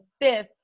fifth